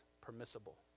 permissible